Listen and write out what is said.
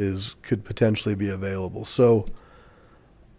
is could potentially be available so